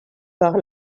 par